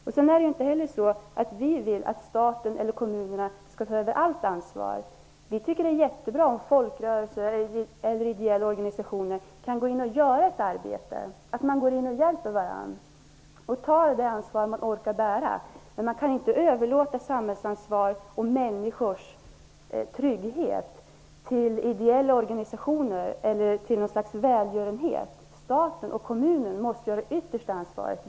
Vi vill inte heller att staten eller kommunerna skall ta över allt ansvar. Vi tycker att det är jättebra om folkrörelser eller ideella organisationer kan gå in och göra ett arbete, att man hjälper varandra och tar det ansvar man orkar bära. Men samhällsansvar och människors trygghet kan inte överlåtas till ideella organisationer eller till något slags välgörenhet. Staten och kommunerna måste ha det yttersta ansvaret.